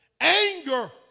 Anger